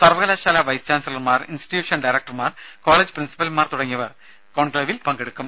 സർവ്വകലാശാല വൈസ് ചാൻസലർമാർ ഇൻസ്റ്റിറ്റ്യൂഷൻ ഡയറക്ടർമാർ കോളേജ് പ്രിൻസിപ്പൽമാർ തുടങ്ങിയവർ എന്നിവർ കോൺക്ലേവിൽ പങ്കെടുക്കും